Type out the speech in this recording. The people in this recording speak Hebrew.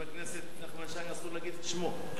חבר הכנסת נחמן שי שאסור להגיד את שמו.